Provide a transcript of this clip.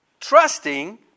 Trusting